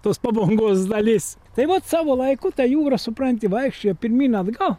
tos pabongos dalis tai vat savo laiku ta jūra supranti vaikščiojo pirmyn atgal